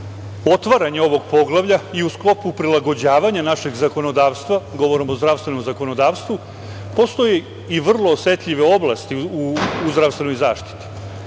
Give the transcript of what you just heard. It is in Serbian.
otvaranja ovog poglavlja i u sklopu prilagođavanja našeg zakonodavstva, govorim o zdravstvenom zakonodavstvu, postoje vrlo osetljive oblasti u zdravstvenoj zaštiti.